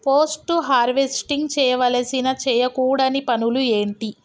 Post harvesting చేయవలసిన చేయకూడని పనులు ఏంటి?